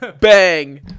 Bang